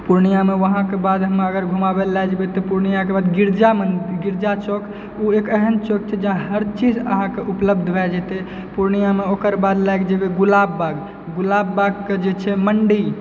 पुर्णियामे वहाँ के बाद हमरा अगर घुमाबय ला लए जेबै तऽ पुर्णियाके बाद गिरिजा चौक ओ एक एहन चौक छै जहाँ हर चीज अहाँकेँ उपलब्ध भए जेतै पुर्णियामे ओकर बाद लागि जेबै गुलाबबाग गुलाबबाग के जे चाय मण्डी